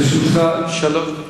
לרשותך שלוש דקות.